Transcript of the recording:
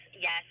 yes